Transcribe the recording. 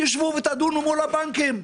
תשבו ותדונו מול הבנקים.